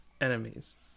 Enemies